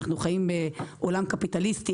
אנחנו חיים בעולם קפיטליסטי,